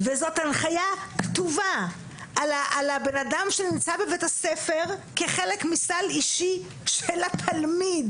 זו הנחיה כתובה על הבן אדם שנמצא בבית הספר כחלק מסל אישי של התלמיד.